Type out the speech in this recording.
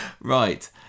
Right